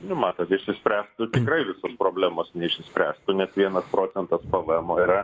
nu matot išsispręstų tikrai visos problemos neišspręstų nes vienas procentas pavaemo yra